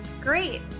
Great